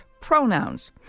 pronouns